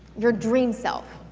your dream self.